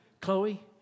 Chloe